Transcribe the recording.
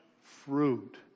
fruit